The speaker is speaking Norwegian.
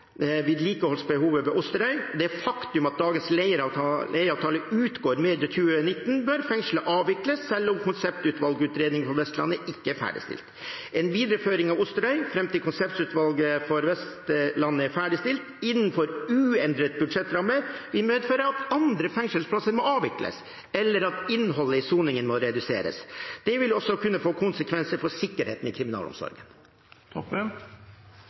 vedlikeholdsbehovet ved Osterøy og det faktum at dagens leieavtale utgår medio 2019, bør fengselet avvikles selv om konseptvalgutredningen for Vestlandet ikke er ferdigstilt. En videreføring av Osterøy fram til konseptvalgutredningen for Vestlandet er ferdigstilt, vil innenfor uendrede budsjettrammer medføre at andre fengselsplasser må avvikles, eller at innholdet i soningen må reduseres. Det vil også kunne få konsekvenser for sikkerheten i